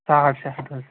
ساڑ شےٚ ہَتھ حظ